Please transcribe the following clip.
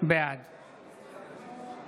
בעד בנימין